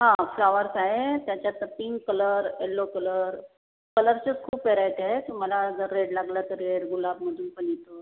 हा हा फ्लॉवर्स आहे त्याच्यात पिंक कलर येल्लो कलर कलरच्याच खूप व्हेरायटी आहेत तुम्हाला जर रेड लागला तर रेड गुलाबमधून पण येतो